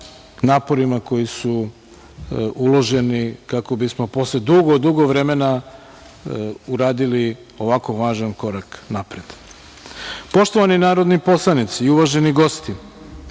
naporima koji su uloženi kako bismo posle dugo, dugo vremena uradili ovako važan korak napred. Poštovani narodni poslanici i uvaženi gosti,